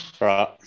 right